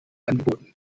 angeboten